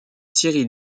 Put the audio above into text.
thierry